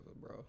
bro